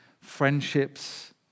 friendships